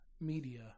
media